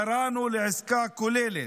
קראנו לעסקה כוללת,